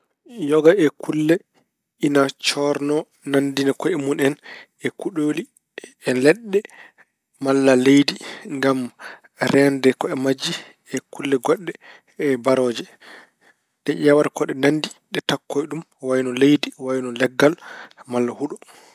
Yoga e kulle ina coorno, nanndina ko'e mun e kuɗooli, e leɗɗe malla leydi ngam reende ko'e majji e kulle goɗɗe e barooje. Ɗe ƴeewata ko ɗe nanndi, ɗe takkoo ɗum wayni leydi, wayno leggal malla huɗo.